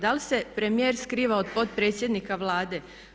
Da li se premijer skriva od potpredsjednika Vlade?